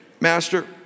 Master